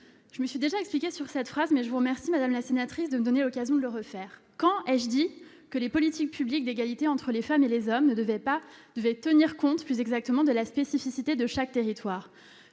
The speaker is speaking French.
Je me suis déjà expliquée sur cette phrase, mais je vous remercie, madame la sénatrice, de me donner l'occasion de le refaire. Quand ai-je dit que les politiques publiques d'égalité entre les femmes et les hommes devaient tenir compte de la spécificité de chaque territoire ?